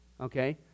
Okay